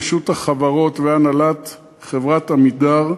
רשות החברות והנהלת חברת "עמידר",